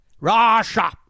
Russia